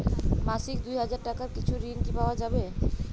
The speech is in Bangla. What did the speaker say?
মাসিক দুই হাজার টাকার কিছু ঋণ কি পাওয়া যাবে?